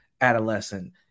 adolescent